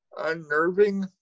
unnerving